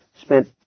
spent